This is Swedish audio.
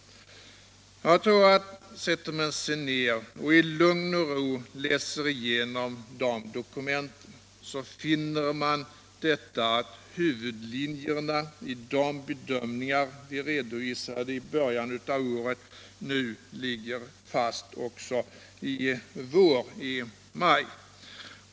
Jag tror att sätter man sig ner och i lugn och ro läser igenom de dokumenten så finner man att huvudlinjerna i de bedömningar vi redovisade i början av året ligger fast också nu i maj.